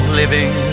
living